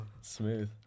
smooth